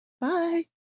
Bye